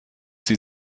sie